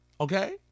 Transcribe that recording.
Okay